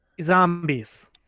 Zombies